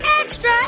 Extra